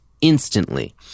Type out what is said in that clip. instantly